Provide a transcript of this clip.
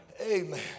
Amen